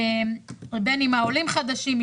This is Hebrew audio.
בין אם עולים חדשים,